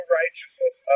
righteousness